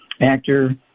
actor